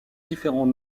différents